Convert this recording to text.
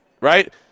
Right